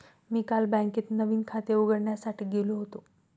मी काल बँकेत नवीन खाते उघडण्यासाठी गेलो होतो